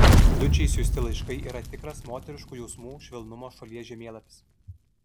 dučei siųsti laiškai yra tikras moteriškų jausmų švelnumo šalies žemėlapis